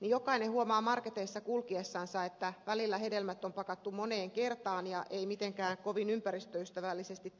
niin jokainen huomaa marketeissa kulkiessansa että välillä hedelmät tai monet muut tuotteet on pakattu moneen kertaan ja ei mitenkään kovin ympäristöystävällisesti